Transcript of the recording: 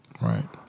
right